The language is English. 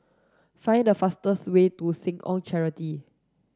find the fastest way to Seh Ong Charity